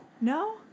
No